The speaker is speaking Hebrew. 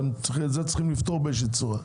אלא צריך לפתור את זה באיזושהי צורה.